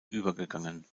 übergegangen